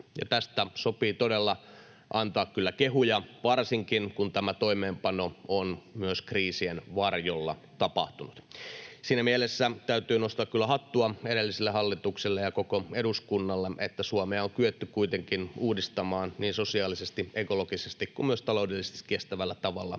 Tästä sopii todella antaa kyllä kehuja, varsinkin kun tämä toimeenpano on myös kriisien varjossa tapahtunut. Siinä mielessä täytyy nostaa kyllä hattua edelliselle hallitukselle ja koko eduskunnalle, että Suomea on kyetty kuitenkin uudistamaan niin sosiaalisesti, ekologisesti kuin taloudellisesti kestävällä tavalla kriisien